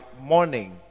morning